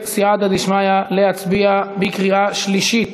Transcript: בסייעתא דשמיא, להצביע בקריאה שלישית